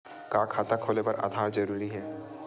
का खाता खोले बर आधार जरूरी हे?